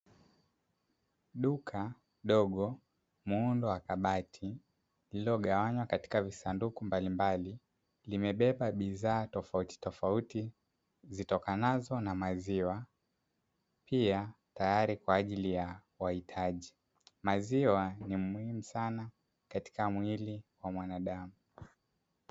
Duka, dogo. Mundo wakabati, ilo gawanya katika visanduku mbali mbali, limebeba biza tofauti tofauti, zitokanazo na maziwa, pia tayari kwa ajili ya waitaji. Mazioa ni mwimu sana katika mwili wa mwanadamu.